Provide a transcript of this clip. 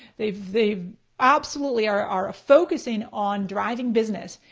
they they absolutely are are focusing on driving business,